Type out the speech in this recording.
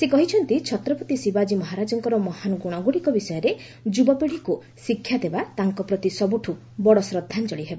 ସେ କହିଛନ୍ତି ଛତ୍ରପତି ଶିବାଜୀ ମହାରାଜଙ୍କର ମହାନ ଗୁଣଗୁଡ଼ିକ ବିଷୟରେ ଯୁବପିଢ଼ିକୁ ଶିକ୍ଷାଦେବା ତାଙ୍କ ପ୍ରତି ସବୁଠୁ ବଡ଼ ଶ୍ରଦ୍ଧାଞ୍ଚଳି ହେବ